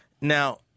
Now